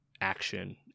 action